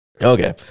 Okay